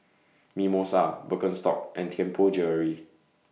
Mimosa Birkenstock and Tianpo Jewellery